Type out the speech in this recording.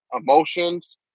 emotions